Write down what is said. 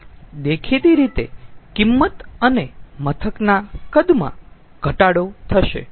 તેથી દેખીતી રીતે કિંમત અને મથકના કદમાં ઘટાડો થશે